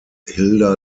hilda